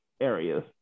areas